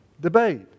debate